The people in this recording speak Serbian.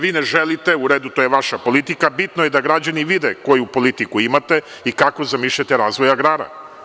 Vi ne želite, to je u redu, to je vaša politika, bitno je da građani vide koju politikuimate i kako zamišljate razvoj agrara.